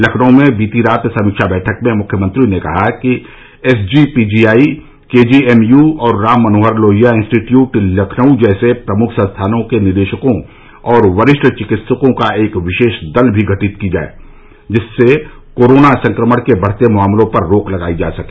लखनऊ में बीती रात समीक्षा बैठक में मुख्यमंत्री ने कहा कि एसजीपीजीआई केजीएमयू और राम मनोहर लोहिया इंस्टीट्यूट लखनऊ जैसे प्रमुख संस्थानों के निदेशकों और वरिष्ठ चिकित्सकों का एक विशेष दल भी गठित किया जाए जिससे कोरोना संक्रमण के बढ़ते मामलों पर रोक लगायी जा सके